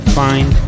find